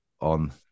on